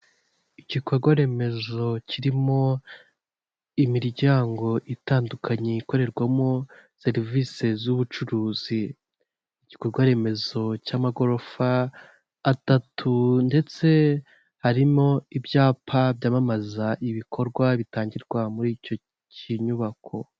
Igikorwa remezo kirimo imiryango itandukanye ikorerwamo serivisi z'ubucuruzi, igikorwa remezo cy'amagorofa atatu ndetse harimo ibyapa byamamaza ibikorwa bitangirwa muri icyo kinyubako.